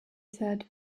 said